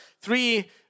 three